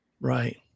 Right